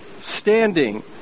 Standing